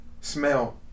smell